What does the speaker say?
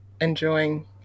enjoying